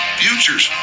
futures